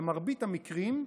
במרבית המקרים,